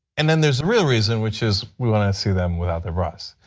and then there is the real reason, which is, we want to see them without their bras.